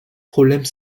problèmes